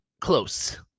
close